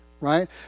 right